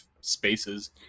spaces